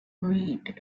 weight